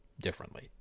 differently